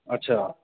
अच्छा